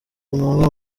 umwe